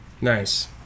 Nice